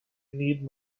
need